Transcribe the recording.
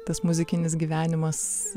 tas muzikinis gyvenimas